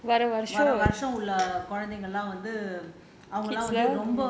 வர வருஷம் உள்ள குழந்தைகளெல்லாம் வந்து:vara varusham ulla kolanthaigal ellaam vanthu